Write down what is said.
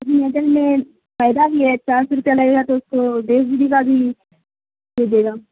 نجر میں فائدہ بھی ہے چار سو روپیہ لے گا تو اس کو دیس ج بیی کا بھی دے دے گا